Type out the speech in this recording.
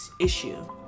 issue